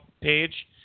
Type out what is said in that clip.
page